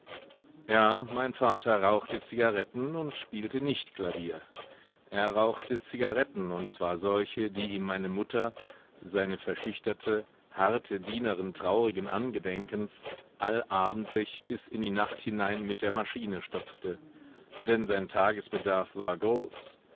ja mein vater rauchte zigaretten und spielte nicht klavier er rauchte zigaretten und zwar solche die ihm meine mutter seine verschüchterte harte dienerin traurigen angedenkens allabendlich bis in die nacht hinein mit der maschine stopfte denn sein tagesbedarf war groß